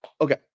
Okay